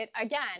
Again